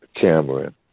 Cameron